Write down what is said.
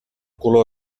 color